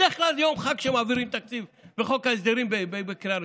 בדרך כלל זה יום חג כשמעבירים תקציב בחוק ההסדרים בקריאה ראשונה.